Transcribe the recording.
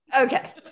okay